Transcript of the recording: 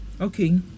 okay